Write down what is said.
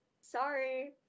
sorry